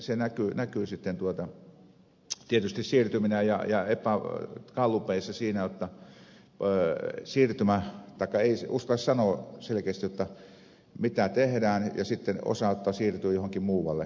se näkyy sitten tietysti siirtyminä gallupeissa siinä jotta ei uskalla sanoa selkeästi mitä tehdään ja sitten osa ottaa ja siirtyy johonkin muualle